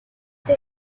they